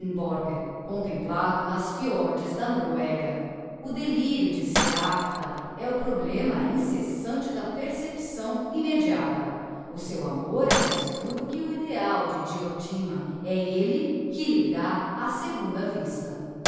swedenborg contemplado nas fiords da norwega o delirio de seraphita é o problema incessante da percepção immediata o seu amor é mais puro que o ideal de dyotima é elle que lhe dá a segunda vista